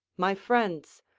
my friends,